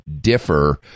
differ